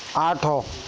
ଆଠ